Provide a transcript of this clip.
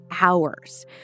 hours